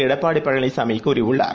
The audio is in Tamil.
எடப்பாடிபழனிசாமிகூறியுள்ளார்